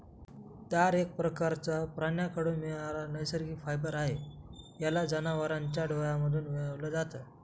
तार एक प्रकारचं प्राण्यांकडून मिळणारा नैसर्गिक फायबर आहे, याला जनावरांच्या डोळ्यांमधून मिळवल जात